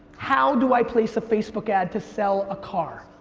how do i place a facebook ad to sell a car?